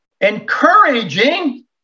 Encouraging